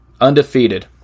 Undefeated